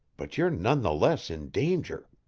but you're none the less in danger.